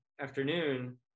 afternoon